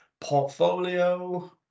portfolio